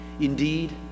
Indeed